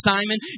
Simon